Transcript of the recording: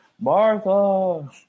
Martha